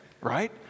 Right